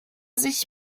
sich